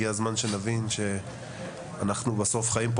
הגיע הזמן שנבין שבסוף אנחנו חיים פה